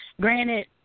granted